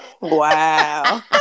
wow